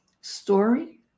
story